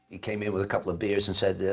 he came in with a couple of beers and said,